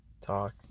talk